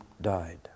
died